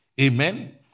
Amen